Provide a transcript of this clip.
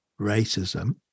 racism